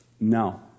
no